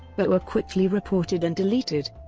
but were quickly reported and deleted.